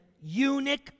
eunuch